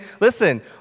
Listen